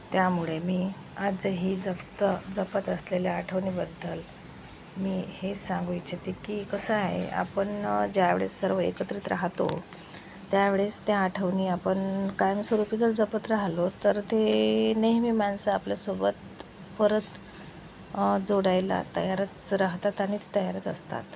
त्यामुळे मी आजही जप्त जपत असलेल्या आठवणीबद्दल मी हे सांगू इच्छिते की कसं आहे आपण ज्या वेळेस सर्व एकत्रित राहतो त्या वेळेस त्या आठवणी आपण कायमस्वरूपी जर जपत राहिलो तर ते नेहमी माणसं आपल्यासोबत परत जोडायला तयारच राहतात आणि तयारच असतात